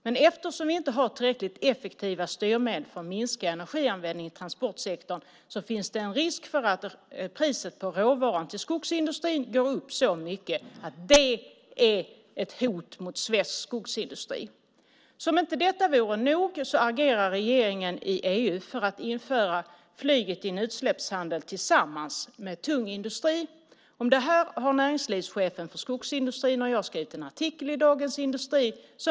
Men eftersom vi inte har tillräckligt effektiva styrmedel för att minska energianvändningen i transportsektorn finns det en risk för att priset för råvaran till skogsindustrin går upp så mycket att det är ett hot mot svensk skogsindustri. Som om inte detta vore nog agerar regeringen i EU för att införa flyget i en utsläppshandel tillsammans med tung industri. Om detta har näringslivschefen för skogsindustrin och jag skrivit en artikel i Dagens Industri.